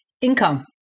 income